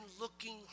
looking